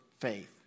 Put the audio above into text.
faith